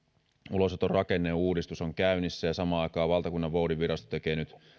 ulosoton rakenneuudistus on käynnissä ja samaan aikaan valtakunnanvoudinvirasto tekee nyt